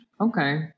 Okay